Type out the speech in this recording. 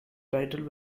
title